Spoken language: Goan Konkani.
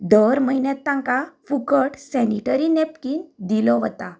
दर म्हयन्यांत तांकां फुकट सॅनीटरी नॅपकीन दिलो वता